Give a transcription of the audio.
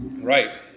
Right